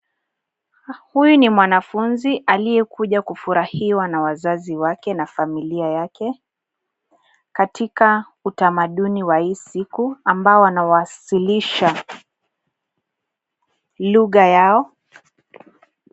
Huyu ni mwanafunzi aliyekuja kufurahiwa na wazazi wake na familia yake. Katika utamaduni wa hii siku ambayo wanawasilisha lugha yao.